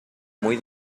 muy